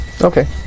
Okay